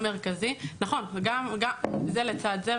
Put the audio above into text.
נכון, זה לצד זה.